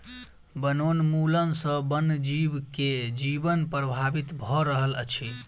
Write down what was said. वनोन्मूलन सॅ वन जीव के जीवन प्रभावित भ रहल अछि